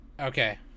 Okay